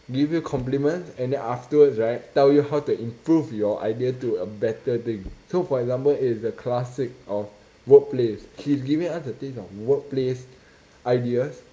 give you compliments and then afterwards right tell you how to improve your idea to a better thing so for example it's the classic of workplace she is giving us the taste of the workplace ideas